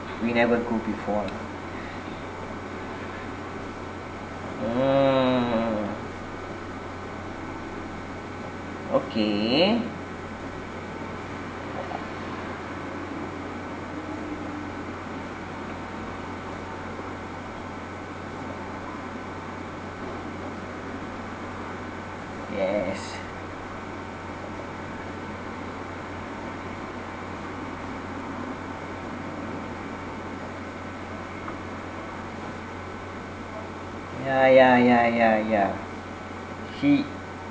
we never go before lah mm okay yes yeah yeah yeah yeah yeah he